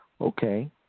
okay